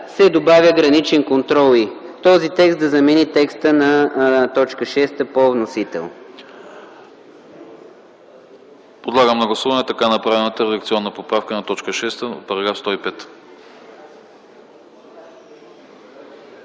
се добавя „граничен контрол и”. Този текст да замени текста на т. 6 по вносител.